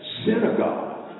synagogue